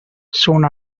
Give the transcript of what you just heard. soon